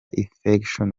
infection